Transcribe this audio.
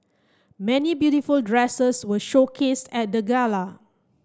many beautiful dresses were showcased at the gala